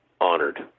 honored